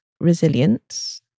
resilience